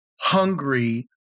hungry